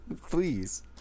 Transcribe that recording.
Please